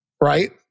right